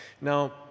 Now